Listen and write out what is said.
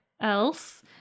else